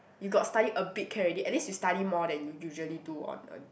you got study a bit can already at least you study more than you usually do on a